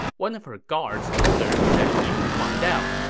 one of her guards told her that he would find out.